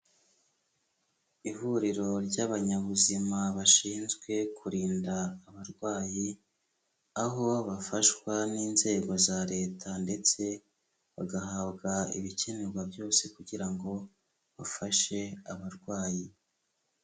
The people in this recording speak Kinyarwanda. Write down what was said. Ihuriro ry'abanyabuzima bashinzwe kurinda abarwayi, aho bafashwa n'inzego za leta ndetse bagahabwa ibikenerwa byose kugira ngo bafashe abarwayi.